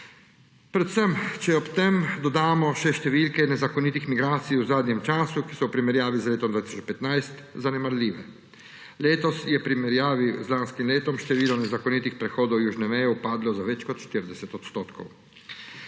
predvsem če ob tem dodamo še številke nezakonitih migracij v zadnjem času, ki so v primerjavi z letom 2015 zanemarljive. Letos je v primerjavi z lanskim letom število nezakonitih prehodov južne meje upadlo za več kot 40 %.